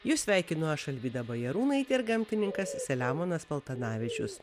jus sveikinu aš alvyda bajarūnaitė ir gamtininkas selemonas paltanavičius